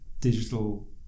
digital